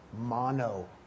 mono